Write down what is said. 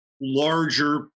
larger